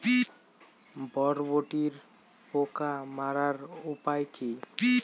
বরবটির পোকা মারার উপায় কি?